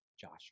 Joshua